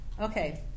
Okay